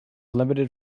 limited